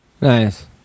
Nice